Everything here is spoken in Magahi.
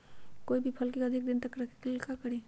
कोई भी फल के अधिक दिन तक रखे के ले ल का करी?